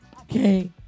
okay